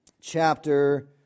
chapter